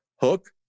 Hook